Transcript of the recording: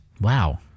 Wow